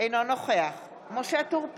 אינו נוכח משה טור פז,